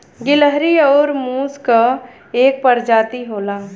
गिलहरी आउर मुस क एक परजाती होला